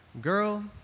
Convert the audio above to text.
girl